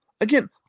Again